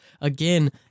again